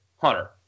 Hunter